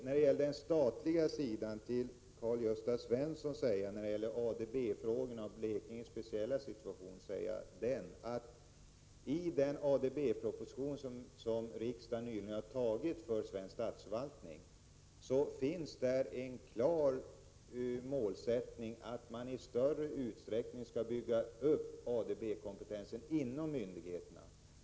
När det gäller den statliga sidan vill jag säga till Karl-Gösta Svenson — det gäller då ADB-frågorna och Blekinges speciella situation — att det finns en klar målsättning i den ADB-proposition som riksdagen nyligen har antagit och som rör svensk statsförvaltning, nämligen att man i större utsträckning än som hittills varit fallet skall bygga upp en ADB-kompetens inom myndigheterna.